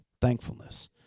thankfulness